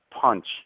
punch